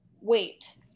wait